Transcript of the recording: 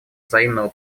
взаимного